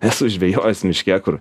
esu žvejojęs miške kur